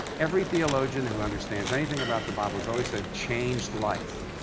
every theologian who understands anything about the bible has always said, changed life.